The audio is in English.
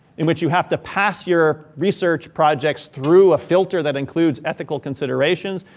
in which you have to pass your research projects through a filter that includes ethical considerations,